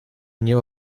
nie